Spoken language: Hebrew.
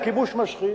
הכיבוש משחית.